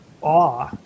awe